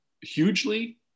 hugely